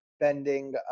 bending